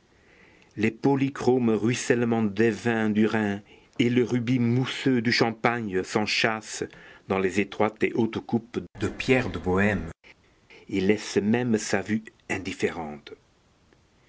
les polychromes ruissellements des vins du rhin et le rubis mousseux du champagne s'enchâssent dans les étroites et hautes coupes de pierre de bohême et laissent même sa vue indifférente